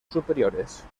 superiores